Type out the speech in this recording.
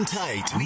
tight